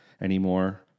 anymore